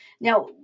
Now